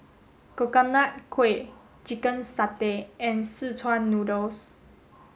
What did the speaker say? Coconut Kuih chicken satay and Szechuan noodles